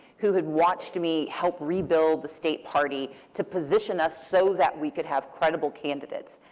who had watched me help rebuild the state party to position us so that we could have credible candidates,